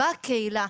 בקהילה,